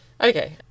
Okay